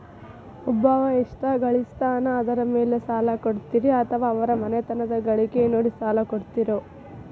ಒಬ್ಬವ ಎಷ್ಟ ಗಳಿಸ್ತಾನ ಅದರ ಮೇಲೆ ಸಾಲ ಕೊಡ್ತೇರಿ ಅಥವಾ ಅವರ ಮನಿತನದ ಗಳಿಕಿ ನೋಡಿ ಸಾಲ ಕೊಡ್ತಿರೋ?